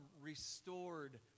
restored